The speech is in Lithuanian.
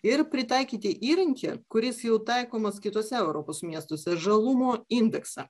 ir pritaikyti įrankį kuris jau taikomas kituosese europos miestuose žalumo indeksą